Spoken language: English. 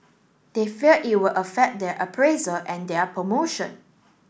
they fear it will affect their appraisal and their promotion